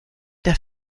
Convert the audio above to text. der